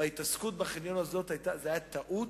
ההתעסקות בחניון הזה היתה טעות,